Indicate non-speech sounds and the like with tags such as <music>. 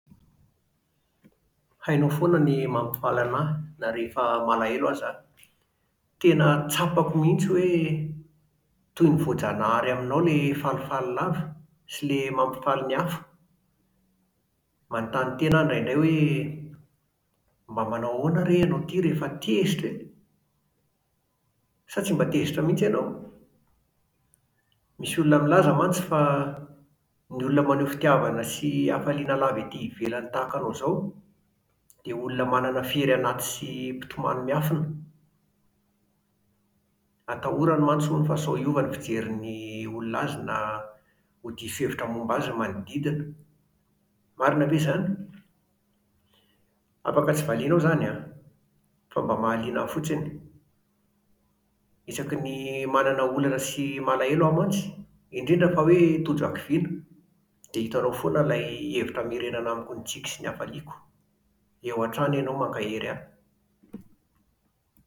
Hainao foana ny mampifaly anahy na rehefa malahelo aza aho. Tena tsapako mihintsy hoe <hesitation> toy ny voajanahary aminao ilay falifaly lava sy ilay mampifaly ny hafa. Manontany tena aho indraindray hoe: <hesitation> mba manao ahoana re ianao ity rehefa tezitra e? Sa tsy mba tezitra mihitsy ianao? Misy olona milaza mantsy fa <hesitation> ny olona maneho fitiavana sy hafaliana lava ety ivelany tahaka anao izao, dia olona manana fery anaty sy <hesitation> mpitomany miafina. Atahorany mantsy hono fa sao hiova ny fijerin'ny <hesitation> olona azy na <hesitation> ho diso hevitra momba azy ny manodidina. Marina ve izany? Afaka tsy valianao izany an, fa mba mahaliana ahy fotsiny! Isaky ny <hesitation> manana olana sy <hesitation> malahelo aho mantsy, indrindra fa hoe <hesitation> tojo hakiviana, dia hitanao foana ilay <hesitation> hevitra hamerenana amiko ny tsiky sy ny hafaliako. Eo hatrany ianao mankahery ahy.